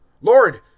Lord